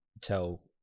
tell